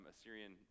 Assyrian